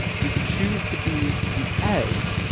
you can choose to be the egg,